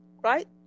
right